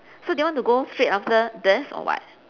so do you want to go straight after this or what